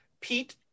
Pete